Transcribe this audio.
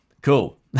Cool